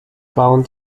bauen